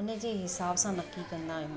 उन जे हिसाब सां नकी कंदा आहियूं